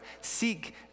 seek